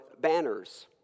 banners